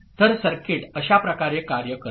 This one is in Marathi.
तर सर्किट अशा प्रकारे कार्य करते